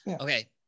Okay